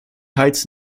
heights